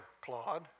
Claude